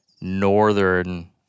northern